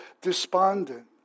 despondent